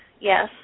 yes